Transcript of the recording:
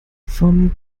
vom